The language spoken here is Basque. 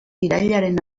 irailaren